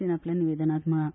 सीन आपल्या निवेदनात म्हळा